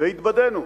והתבדינו.